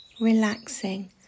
relaxing